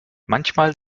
manchmal